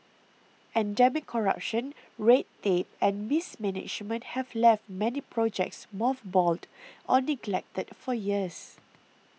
endemic corruption red tape and mismanagement have left many projects mothballed or neglected for years